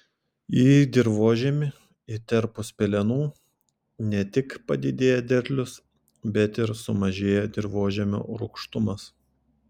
į dirvožemį įterpus pelenų ne tik padidėja derlius bet ir sumažėja dirvožemio rūgštumas